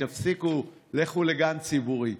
תפסיקו, לכו לגן ציבורי.